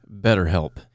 BetterHelp